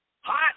Hot